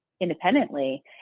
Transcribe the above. independently